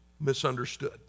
misunderstood